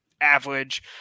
average